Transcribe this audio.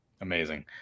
Amazing